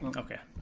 okay.